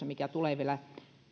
mikä tulee vielä